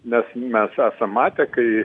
nes mes esam matę kai